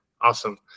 awesome